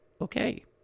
Okay